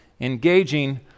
engaging